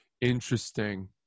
Interesting